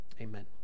amen